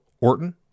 Orton